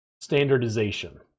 standardization